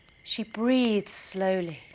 she breathes slowly.